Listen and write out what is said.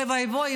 אוי ואבוי,